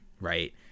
right